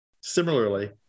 Similarly